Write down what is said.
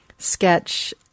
Sketch